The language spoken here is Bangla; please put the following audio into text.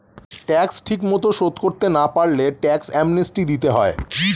ট্যাক্স ঠিকমতো শোধ করতে না পারলে ট্যাক্স অ্যামনেস্টি দিতে হয়